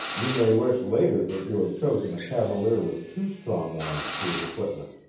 you may wish later that you had chosen a cavalier with two strong arms to his equipment.